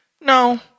no